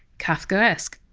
kafkaesque.